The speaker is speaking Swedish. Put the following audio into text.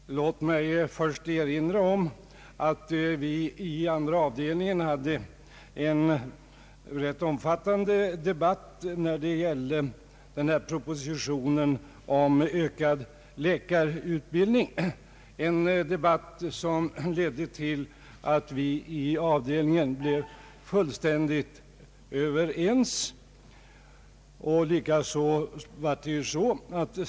Herr talman! Låt mig först erinra om att vi i statsutskottets andra avdelning hade en rätt omfattande debatt när det gällde propositionen om ökad läkarutbildning, en debatt som ledde till att vi i avdelningen blev fullständigt överens.